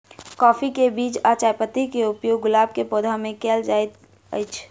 काफी केँ बीज आ चायपत्ती केँ उपयोग गुलाब केँ पौधा मे केल केल जाइत अछि?